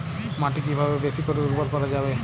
মাটি কিভাবে বেশী করে উর্বর করা যাবে?